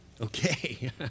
Okay